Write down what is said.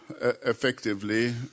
effectively